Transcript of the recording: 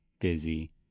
busy